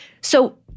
So-